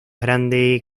grande